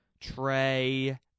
Trey